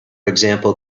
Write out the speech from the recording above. example